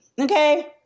Okay